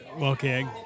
okay